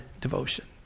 devotion